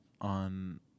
on